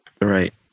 Right